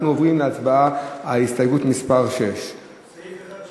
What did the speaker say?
אנחנו עוברים להצבעה על הסתייגות מס' 6. סעיף 1,